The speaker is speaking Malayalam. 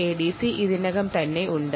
NRF ADC ഇതിനകം തന്നെ നിലവിൽ ഉണ്ട്